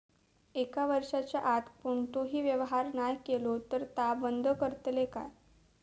एक वर्षाच्या आत कोणतोही व्यवहार नाय केलो तर ता बंद करतले काय?